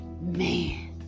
Man